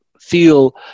feel